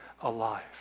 alive